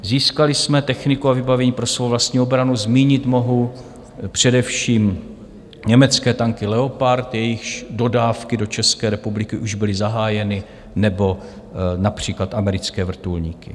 Získali jsme techniku a vybavení pro svou vlastní obranu, zmínit mohu především německé tanky Leopard, jejichž dodávky do České republiky už byly zahájeny, nebo například americké vrtulníky.